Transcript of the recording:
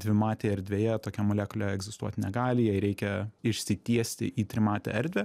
dvimatėje erdvėje tokia molekulė egzistuoti negali jai reikia išsitiesti į trimatę erdvę